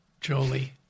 Jolie